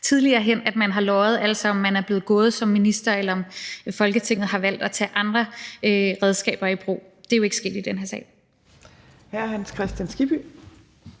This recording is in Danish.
tidligere, at man har løjet - altså om man er blevet gået som minister, eller om Folketinget har valgt at tage andre redskaber i brug. Det er jo ikke sket i den her sag. Kl. 12:40 Fjerde